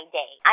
day